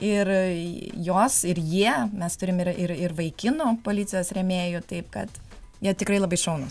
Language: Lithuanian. ir juos ir jie mes turim ir ir vaikinų policijos rėmėjų taip kad jie tikrai labai šaunūs